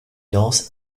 danse